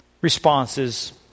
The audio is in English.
Responses